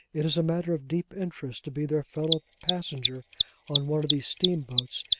it is matter of deep interest to be their fellow-passenger on one of these steamboats,